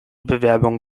bewerbung